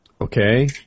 Okay